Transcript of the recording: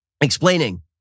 explaining